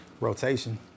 rotation